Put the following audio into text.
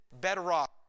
bedrock